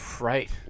Right